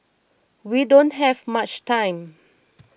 we don't have much time